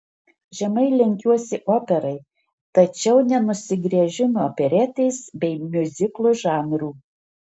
žemai lenkiuosi operai tačiau nenusigręžiu nuo operetės bei miuziklo žanrų